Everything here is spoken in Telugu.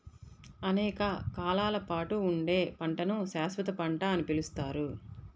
అనేక కాలాల పాటు ఉండే పంటను శాశ్వత పంట అని పిలుస్తారు